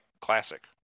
classic